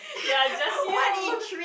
ya just you